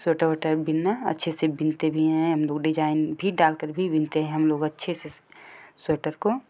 sweater वेटर बीनना अच्छे से बीनते भी हैं हम लोग डिजाईन भी डाल कर भी बीनते हैं हम लोग अच्छे से स्वेटर को